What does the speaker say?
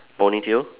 ponytail